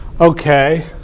okay